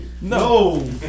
No